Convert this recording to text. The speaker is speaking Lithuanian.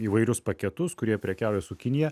įvairius paketus kurie prekiauja su kinija